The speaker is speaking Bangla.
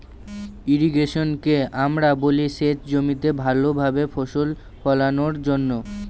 ইর্রিগেশনকে আমরা বলি সেচ জমিতে ভালো ভাবে ফসল ফোলানোর জন্য